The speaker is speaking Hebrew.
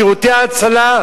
שירותי ההצלה,